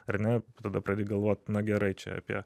ar ne tada pradedi galvot na gerai čia apie